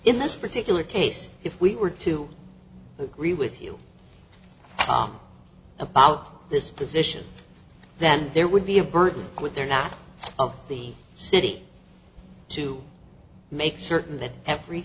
in this particular case if we were to agree with you about this position then there would be a burden with there not of the city to make certain that every